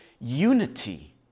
unity